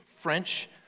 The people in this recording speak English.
French